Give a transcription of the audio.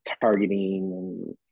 targeting